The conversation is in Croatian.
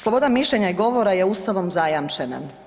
Sloboda mišljenja i govora je Ustavom zajamčena.